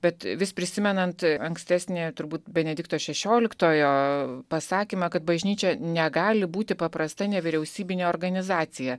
bet vis prisimenant ankstesnėje turbūt benedikto šešioliktojo pasakyme kad bažnyčia negali būti paprasta nevyriausybinė organizacija